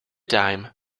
time